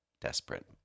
Desperate